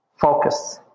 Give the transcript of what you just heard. Focus